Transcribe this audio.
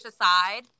aside